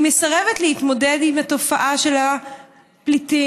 היא מסרבת להתמודד עם התופעה של הפליטים,